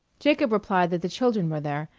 jacob replied that the children were there,